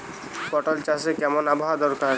পটল চাষে কেমন আবহাওয়া দরকার?